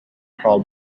called